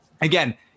again